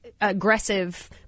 aggressive